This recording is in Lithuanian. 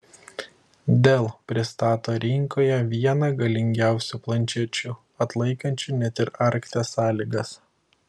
dell pristato rinkoje vieną galingiausių planšečių atlaikančių net ir arkties sąlygas